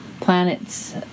planets